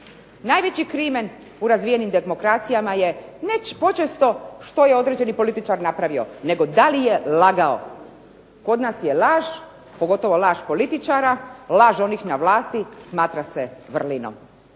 Najveći crimen u razvijenim demokracijama je ne počesto što je određeni političar napravio, nego da li je lagao. Kod nas laž, pogotovo laž političara laž onih na vlasti smatra se vrlinom.